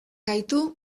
gaitu